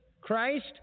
Christ